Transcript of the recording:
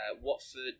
Watford